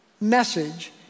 message